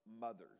mothers